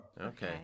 Okay